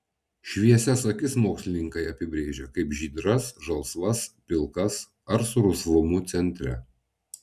šviesias akis mokslininkai apibrėžia kaip žydras žalsvas pilkas ar su rusvumu centre